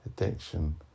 addiction